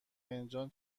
فنجان